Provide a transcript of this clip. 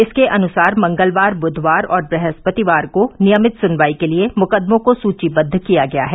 इसके अनुसार मंगलवार बुधवार और बृहस्पतिवार को नियमित सुनवाई के लिए मुकदमों को सूचीबद्व किया गया है